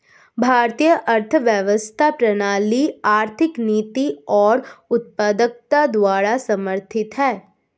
भारतीय अर्थव्यवस्था प्रणाली आर्थिक नीति और उत्पादकता द्वारा समर्थित हैं